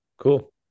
Cool